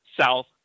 South